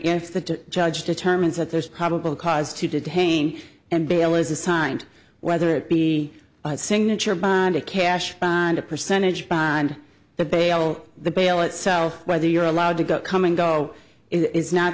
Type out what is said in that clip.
the judge determines that there's probable cause to detain and bail is assigned whether it be a signature bond a cash and a percentage bond the bail the bail itself whether you're allowed to go come and go is not